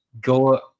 go